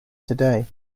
today